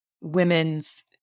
women's